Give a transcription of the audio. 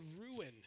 ruin